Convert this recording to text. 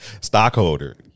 stockholder